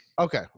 Okay